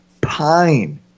pine